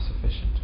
sufficient